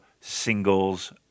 singles